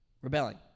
rebelling